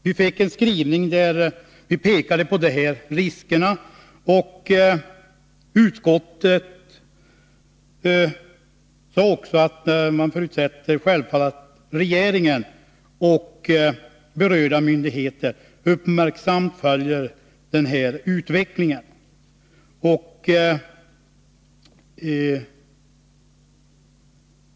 Vi fick en skrivning där utskottet pekade på dessa risker, och utskottet sade också att utskottet självfallet förutsatte att regeringen och berörda myndigheter uppmärksamt följer utvecklingen.